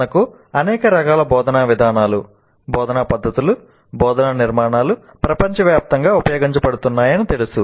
మనకు అనేక రకాల బోధనా విధానాలు బోధనా పద్ధతులు బోధనా నిర్మాణాలు ప్రపంచవ్యాప్తంగా ఉపయోగించబడుతున్నాయని తెలుసు